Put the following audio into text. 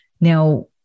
Now